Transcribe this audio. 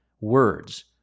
Words